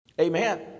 Amen